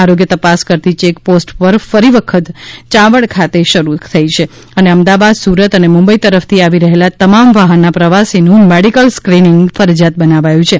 આરોગ્ય તપાસ કરતી ચેક પોસ્ટ ફરી વખત ચાવંડ ખાતે શરૂ થઈ છે અને અમદાવાદ સુરત અને મુંબઈ તરફ થી આવી રહેલા તમામ વાહનના પ્રવાસીનું મેડિકલ સ્ક્રીનિંગ ફરજીયાત બનાવાયું છે